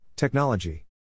Technology